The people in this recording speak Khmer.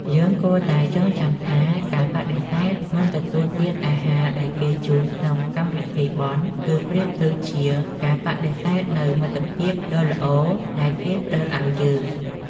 យើងគួរតែចងចាំថាការបដិសេធមិនទទួលទានអាហារដែលគេជូនក្នុងកម្មវិធីបុណ្យ គឺប្រៀបដូចជាការបដិសេធនូវមិត្តភាពដ៏ល្អដែលគេផ្តល់ឱ្យយើង។